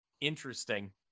interesting